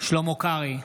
שלמה קרעי,